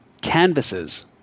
canvases